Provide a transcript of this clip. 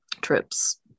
trips